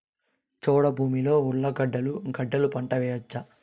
చౌడు భూమిలో ఉర్లగడ్డలు గడ్డలు పంట వేయచ్చా?